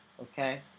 Okay